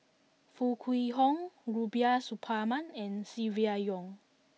Foo Kwee Horng Rubiah Suparman and Silvia Yong